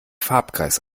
farbkreis